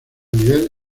nivel